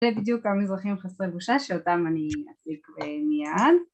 זה בדיוק המזרחים חסרי בושה שאותם אני אציג מיד